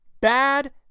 bad